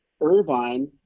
Irvine